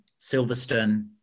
Silverstone